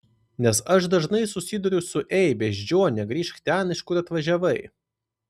nes aš dažnai susiduriu su ei beždžione grįžk ten iš kur atvažiavai